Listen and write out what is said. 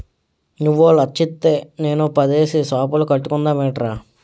నువ్వో లచ్చిత్తే నేనో పదేసి సాపులు కట్టుకుందమేట్రా